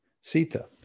Sita